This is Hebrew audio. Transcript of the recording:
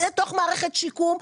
בתוך מערכת שיקום,